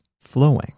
flowing